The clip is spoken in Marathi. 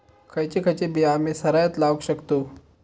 खयची खयची बिया आम्ही सरायत लावक शकतु?